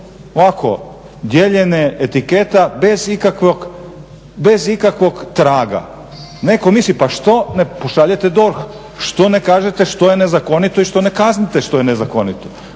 je to dijeljenje etiketa bez ikakvog traga, netko misli pa što ne pošaljete DORH, što ne kažete što je nezakonito i što ne kaznite što je nezakonito.